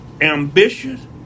ambitious